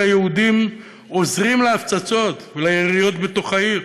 היהודים עוזרים להפצצות וליריות בתוך העיר.